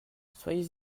soyez